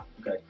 Okay